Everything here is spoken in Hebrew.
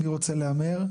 מי רוצה להמר?